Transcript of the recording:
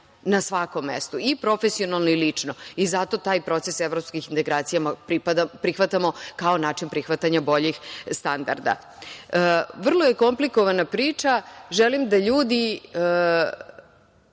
na svakom mestu i profesionalno i lično. Zato taj proces evropskih integracija prihvatamo kao način prihvatanja boljih standarda. Vrlo je komplikovana priča. Želim da ljudi